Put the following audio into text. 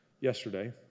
yesterday